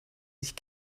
sich